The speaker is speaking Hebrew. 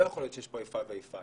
לא יכול להיות שיש פה איפה ואיפה.